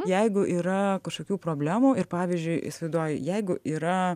jeigu yra kažkokių problemų ir pavyzdžiui įsivaizduoju jeigu yra